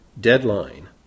deadline